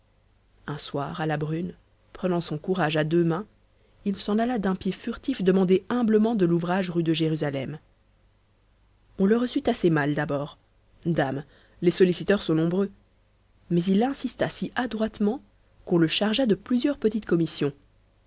un soir à la brune prenant son courage à deux mains il s'en alla d'un pied furtif demander humblement de l'ouvrage rue de jérusalem on le reçut assez mal d'abord dame les solliciteurs sont nombreux mais il insista si adroitement qu'on le chargea de plusieurs petites commissions